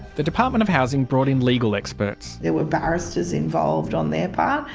the department of housing brought in legal experts. there were barristers involved on their part.